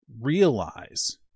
realize